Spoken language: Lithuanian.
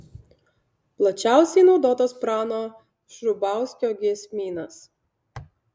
plačiausiai naudotas prano šrubauskio giesmynas